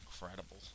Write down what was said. incredible